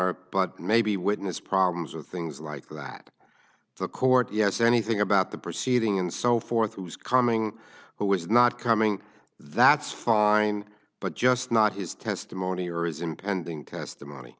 are but maybe witness problems with things like that the court yes anything about the proceeding and so forth was coming who was not coming that's fine but just not his testimony or is impending testimony